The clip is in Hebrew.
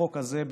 בחוק הזה,